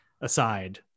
aside